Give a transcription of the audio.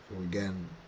Again